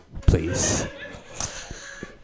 please